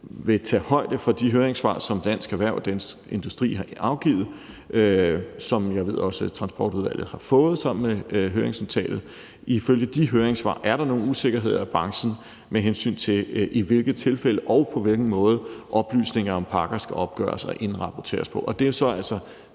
blive taget højde for de høringssvar, som Dansk Erhverv og Dansk Industri har afgivet, og som jeg ved at også Transportudvalget har fået sammen med høringsnotatet. Ifølge de høringssvar er der nogle usikkerheder i branchen, med hensyn til i hvilke tilfælde og på hvilken måde oplysninger om pakker skal opgøres og indrapporteres.